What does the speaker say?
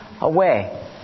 away